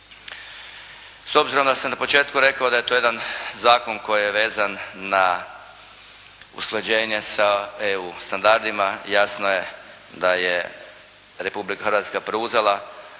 S obzirom da sam na početku rekao da je to jedan zakon koji je vezan na usklađenje sa EU standardima jasno je da je Republika Hrvatska preuzela